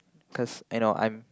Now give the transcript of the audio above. cause you know I'm